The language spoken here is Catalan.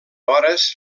hores